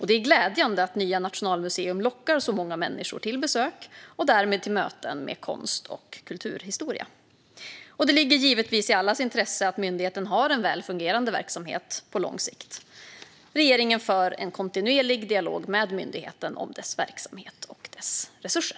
Det är glädjande att nya Nationalmuseum lockar så många människor till besök och därmed till möten med konst och kulturhistoria. Det ligger givetvis i allas intresse att myndigheten har en väl fungerande verksamhet på lång sikt. Regeringen för en kontinuerlig dialog med myndigheten om dess verksamhet och dess resurser.